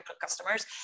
customers